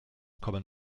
kommen